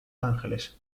ángeles